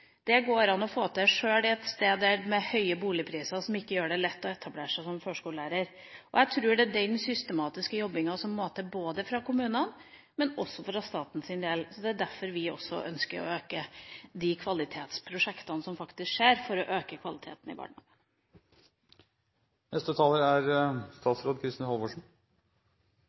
Det går det an å få til sjøl på et sted med høye boligpriser, som ikke gjør det lett å etablere seg som førskolelærer. Jeg tror det er den systematiske jobbinga som må til fra kommunenes side og fra statens side. Det er derfor vi ønsker mer av disse kvalitetsprosjektene, vi ønsker å øke kvaliteten i barnehagene. Bare noen kommentarer om pris. Vi kan jo late som om vi er